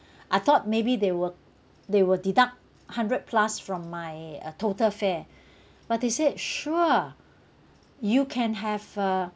I thought maybe they will they will deduct hundred plus from my uh total fare but they said sure you can have uh